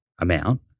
amount